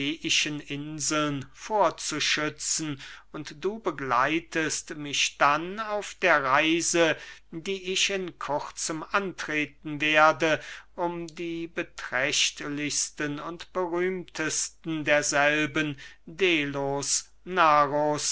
inseln vorzuschützen und du begleitest mich dann auf der reise die ich in kurzem antreten werde um die beträchtlichsten und berühmtesten derselben delos naxos